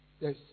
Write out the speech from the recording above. Yes